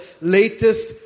latest